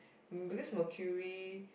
because Mercury